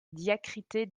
diacritée